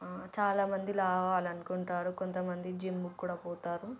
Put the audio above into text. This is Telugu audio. చాలామంది లావు అవ్వాలననుకుంటారు కొంతమంది జిమ్కి కూడా పోతారు